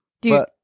dude